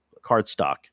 cardstock